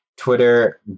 Twitter